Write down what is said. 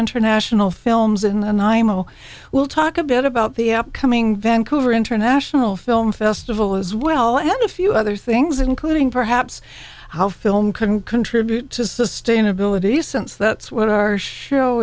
international films in the imo we'll talk a bit about the upcoming vancouver international film festival as well and a few other things including perhaps how film can contribute to sustainability since that's what our show